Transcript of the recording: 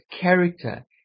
character